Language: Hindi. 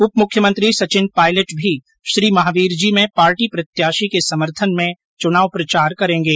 उप मुख्यमंत्री सचिन पायलट भी श्रीमहावीर जी में पार्टी प्रत्याशी के समर्थन में चुनाव प्रचार करेंगे